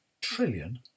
trillion